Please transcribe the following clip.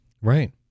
Right